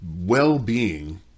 well-being